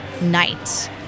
night